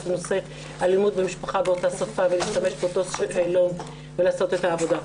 לנושא אלימות במשפחה באותה שפה ולהשתמש באותו שאלון ולעשות את העבודה.